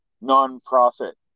non-profit